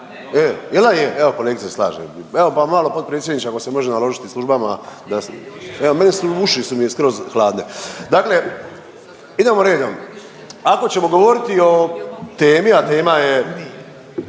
evo kolegica se slaže, evo pa malo potpredsjedniče ako se može naložiti službama da, evo meni su uši su mi skroz hladne. Dakle, idemo redom ako ćemo govoriti o temi, a tema je